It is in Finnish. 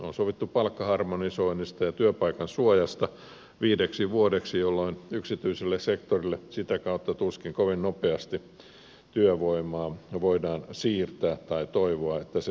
on sovittu palkkaharmonisoinnista ja työpaikan suojasta viideksi vuodeksi jolloin yksityiselle sektorille sitä kautta tuskin kovin nopeasti työvoimaa voidaan siirtää tai toivoa että se siirtyisikään